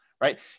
right